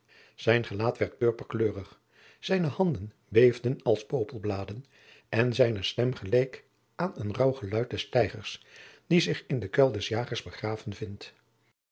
zijn gelaat werd purperkleurig zijne handen beefden als popelbladen en zijne stem geleek aan het raauw geluid des tijgers die zich in den kuil des jagers begraven vindt